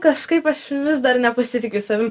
kažkaip aš vis dar nepasitikiu savim